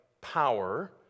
power